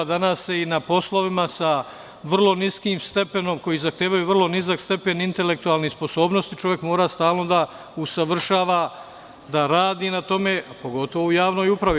Danas se i na poslovima sa vrlo niskim stepenom, koji zahtevaju vrlo nizak stepen intelektualnih sposobnosti, čovek mora stalno da usavršava, da radi na tome, pogotovo u javnoj upravi.